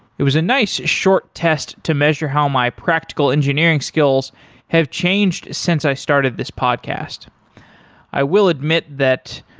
it was a nice short test to measure how my practical engineering skills have changed since i started this podcast i will admit that,